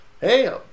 hey